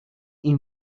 این